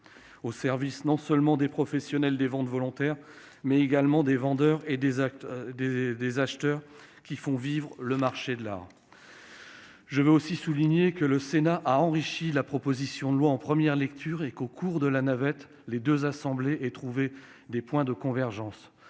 au service non seulement des professionnels des ventes volontaires, mais également des vendeurs et des acheteurs, qui font vivre le marché de l'art. Je tiens à souligner que le Sénat a enrichi la proposition de loi en première lecture et qu'au cours de la navette les deux assemblées ont trouvé des points de convergence.